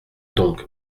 donc